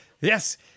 Yes